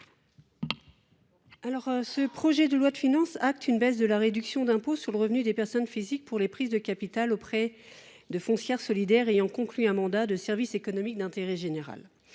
Le projet de loi de finances pour 2024 acte une baisse de la réduction d’impôt sur le revenu des personnes physiques pour les prises de capital auprès de foncières solidaires ayant conclu un mandat de service d’intérêt économique général.